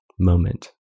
Moment